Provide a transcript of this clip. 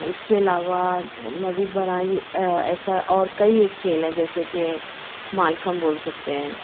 اِس کے علاوہ مزید براہ یہ ایسا اور کئی ایک کھیل ہیں جیسے کہ مالکھم بول سکتے ہیں